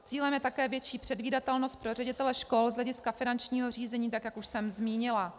Cílem je také větší předvídatelnost pro ředitele škol z hlediska finančního řízení, tak jak už jsem zmínila.